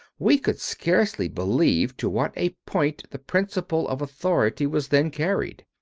we could scarcely believe to what a point the principle of authority was then carried.